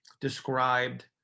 described